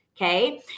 Okay